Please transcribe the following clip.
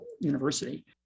university